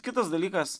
kitas dalykas